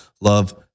love